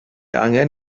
angen